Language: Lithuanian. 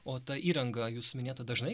o ta įranga jūsų minėta dažnai